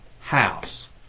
house